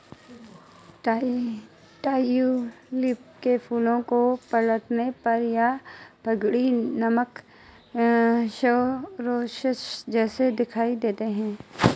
tulip के फूलों को पलटने पर ये पगड़ी नामक शिरोवेश जैसे दिखाई देते हैं